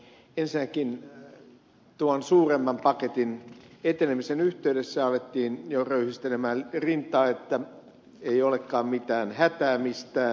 ensinnäkin tuon suuremman paketin etenemisen yhteydessä alettiin jo röyhistellä rintaa että ei olekaan mitään hätää mistään